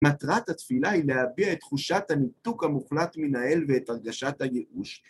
מטרת התפילה היא להביע את תחושת הניתוק המוחלט מן האל ואת הרגשת הייאוש.